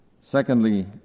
Secondly